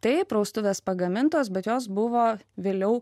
taip praustuvės pagamintos bet jos buvo vėliau